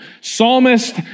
Psalmist